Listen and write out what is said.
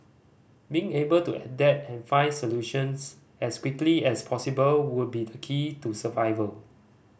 being able to adapt and find solutions as quickly as possible would be the key to survival